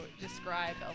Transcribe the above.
describe